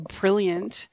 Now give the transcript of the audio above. brilliant